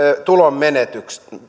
tulonmenetystä